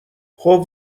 خوب